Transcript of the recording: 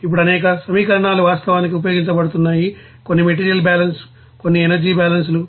ఇప్పుడు అనేక సమీకరణాలు వాస్తవానికి ఉపయోగించబడుతున్నాయి కొన్ని మెటీరియల్ బ్యాలెన్స్ కొన్ని ఎనర్జీ బ్యాలెన్స్లు